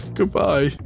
Goodbye